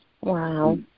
Wow